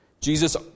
Jesus